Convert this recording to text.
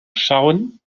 schauen